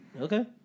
Okay